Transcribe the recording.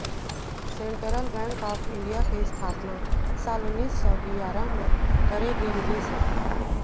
central bank of India के इस्थापना साल उन्नीस सौ गियारह म करे गे रिहिस हे